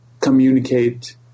communicate